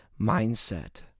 mindset